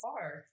far